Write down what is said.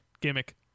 gimmick